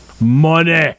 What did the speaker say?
Money